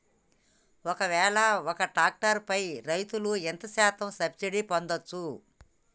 ఒక్కవేల ఒక్క ట్రాక్టర్ పై రైతులు ఎంత శాతం సబ్సిడీ పొందచ్చు?